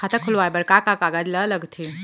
खाता खोलवाये बर का का कागज ल लगथे?